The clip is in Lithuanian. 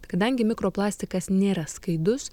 kadangi mikroplastikas nėra skaidrus